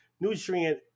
nutrient